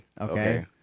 Okay